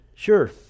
Sure